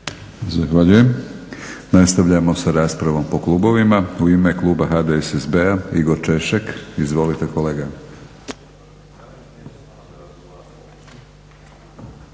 Zahvaljujem. Nastavljamo sa raspravom po klubovima. U ime kluba HDSSB-a Igor Češek, izvolite kolega.